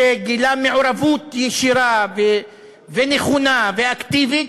שגילה מעורבות ישירה ונכונה ואקטיבית,